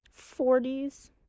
40s